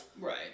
Right